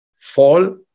fall